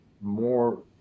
more